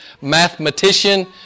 mathematician